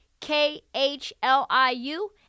k-h-l-i-u